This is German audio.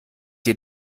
dir